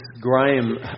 Graham